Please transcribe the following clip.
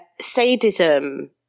sadism